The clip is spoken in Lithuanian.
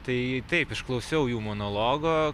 tai taip išklausiau jų monologo